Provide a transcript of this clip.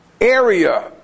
area